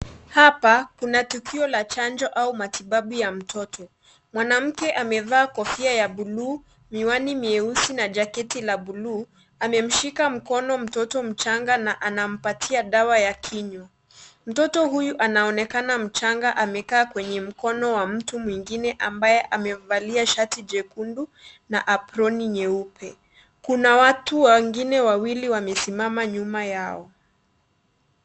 Hapa kuna tukio la chanjo au matibabu ya mtoto, mwanamke amevaa kofia ya bluu miwani mieusi na jaketi la bluu amemshika mkono mtoto mchanga na anampatia dawa ya kinywa, mtoto huyu anaonekana mchanga kwenye mkono wa mtu mwingiine ambaye amevalia shati jekundu na abloni nyeupe, kuna watu wengine wawili wamesimama nyuma yao.